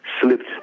slipped